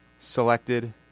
selected